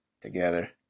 together